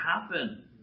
happen